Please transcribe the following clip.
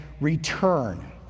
return